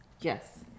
Yes